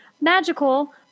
Magical